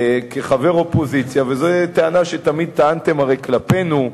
כחבר האופוזיציה, וזאת טענה שתמיד טענתם כלפינו,